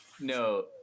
no